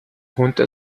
junta